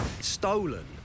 Stolen